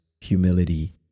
humility